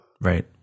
right